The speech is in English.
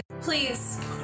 Please